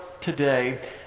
today